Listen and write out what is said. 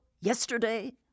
yesterday